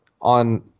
on